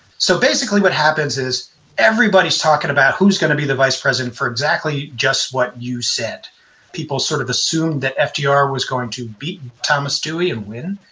so basically what happens is everybody's talking about who's going to be the vice president for exactly just what you said people sort of assumed that fdr was going to beat thomas dewey and win.